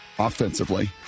Offensively